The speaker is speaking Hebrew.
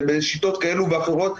בשיטות כאלו ואחרות.